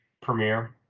premiere